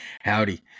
howdy